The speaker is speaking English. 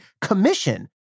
commission